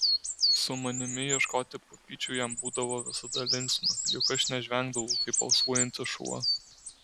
su manimi ieškoti pupyčių jam būdavo visada linksma juk aš nežvengdavau kaip alsuojantis šuo